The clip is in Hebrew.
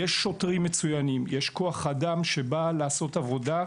יש שוטרים מצוינים, יש כוח אדם שבא לעשות עבודה.